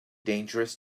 dangerous